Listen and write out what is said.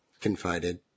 confided